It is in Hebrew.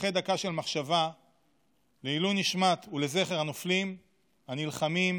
ייחד דקה של מחשבה לעילוי נשמת ולזכר הנופלים הנלחמים,